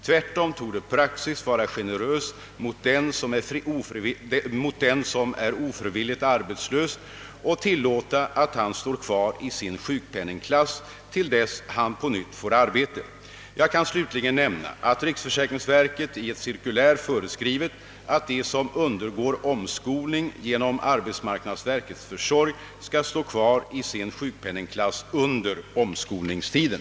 Tvärtom torde praxis vara generös mot den som är ofrivilligt arbetslös och tilllåta att han står kvar i sin sjukpenningklass till dess han på nytt får arbete. Jag kan slutligen nämna att riksförsäkringsverket i ett cirkulär föreskrivit, att de som undergår omskolning genom arbetsmarknadsverkets försorg skall stå kvar i sin sjukpenningklass under omskolningstiden.